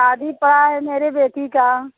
शादी पड़ा है मेरी बेटी का